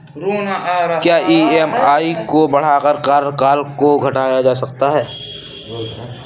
क्या ई.एम.आई को बढ़ाकर कार्यकाल को घटाया जा सकता है?